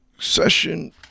Session